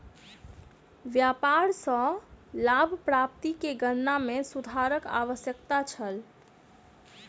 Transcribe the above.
व्यापार सॅ लाभ प्राप्ति के गणना में सुधारक आवश्यकता छल